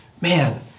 Man